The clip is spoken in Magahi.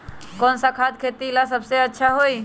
कौन सा खाद खेती ला सबसे अच्छा होई?